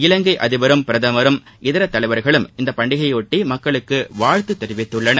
இலங்கை அதிபரும் பிரதமரும் இதர தலைவா்களும் இந்த பண்டிகையொட்டி மக்களுக்கு வாழ்த்து தெரிவித்துள்ளார்கள்